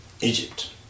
Egypt